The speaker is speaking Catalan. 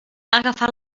agafat